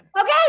Okay